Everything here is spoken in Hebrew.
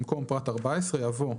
במקום פרט 14 יבוא: